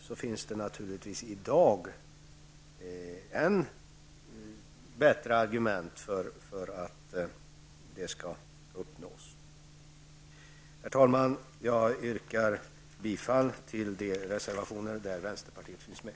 Argumenten för att vi skall uppnå den ifrågavarande nivån är alltså ännu starkare i dag. Herr talman! Jag yrkar bifall till de reservationer där vänsterpartister finns med.